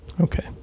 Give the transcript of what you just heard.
Okay